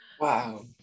Wow